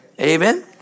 Amen